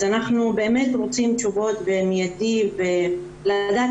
אז אנחנו באמת רוצים תשובות במיידי כדי לדעת